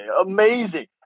Amazing